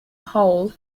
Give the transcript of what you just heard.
whole